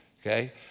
okay